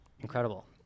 incredible